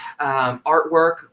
artwork